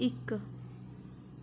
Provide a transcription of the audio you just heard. इक